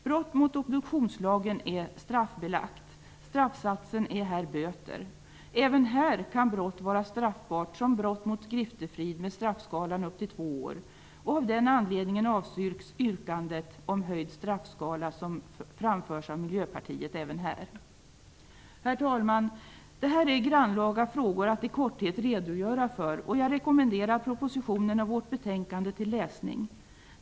Brott mot obduktionslagen är straffbelagt. Straffsatsen är böter. Även här kan brott vara straffbart som brott mot griftefrid, med straffskalan upp till 2 år. Av den anledningen avstyrks även här det yrkande om höjd straffskala som framförs av Herr talman! Det här är grannlaga frågor att i korthet redogöra för. Jag rekommenderar propositionen och vårt betänkande till läsning.